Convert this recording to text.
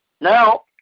Now